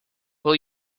will